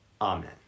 Amen